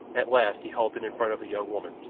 at last he halted in front of the young woman,